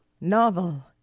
novel